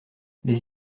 les